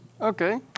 Okay